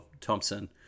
thompson